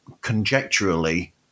conjecturally